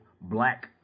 black